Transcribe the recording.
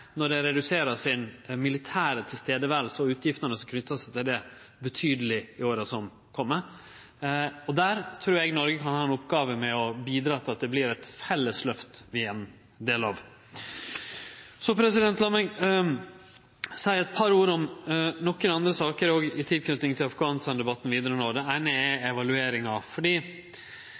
når dei reduserer sitt militære nærvær og utgiftene knytt til det betydeleg i åra som kjem. Der trur eg Noreg kan ha ei oppgåve med å bidra til at det vert eit felles løft som vi er ein del av. La meg seie eit par ord om nokre andre saker i tilknyting til Afghanistan-debatten vidare. Det eine er evalueringa,